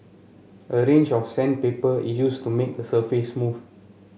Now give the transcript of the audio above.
a range of sandpaper is used to make the surface smooth